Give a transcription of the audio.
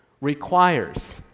requires